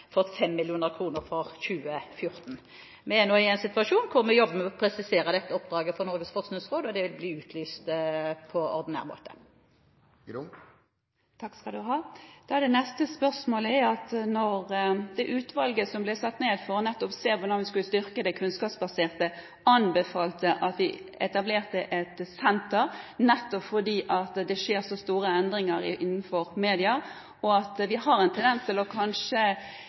fått 5 mill. kr i 2014. Vi er nå i en situasjon hvor vi jobber med å presisere dette oppdraget for Norges forskningsråd, og det vil bli utlyst på ordinær måte. Da er det neste spørsmålet: Utvalget som ble satt ned for å se på hvordan man skulle styrke det kunnskapsbaserte, anbefalte at man etablerte et senter nettopp fordi det skjer så store endringer innenfor media. Vi har en tendens til, kanskje